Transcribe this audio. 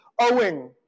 owing